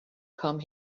come